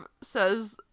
says